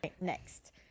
next